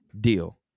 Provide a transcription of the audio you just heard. deal